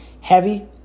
heavy